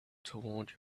toward